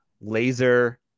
laser